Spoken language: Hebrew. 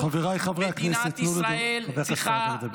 חבריי חברי הכנסת, תנו לחבר הכנסת סעדה לדבר.